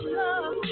love